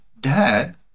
Dad